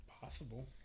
Possible